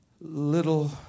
little